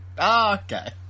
Okay